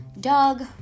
Doug